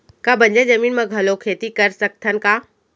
का बंजर जमीन म घलो खेती कर सकथन का?